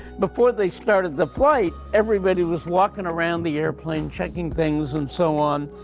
before they started the flight, everybody was walking around the airplane, checking things and so on.